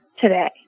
today